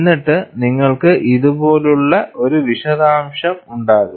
എന്നിട്ട് നിങ്ങൾക്ക് ഇതുപോലുള്ള ഒരു വിശദാംശമുണ്ടാകും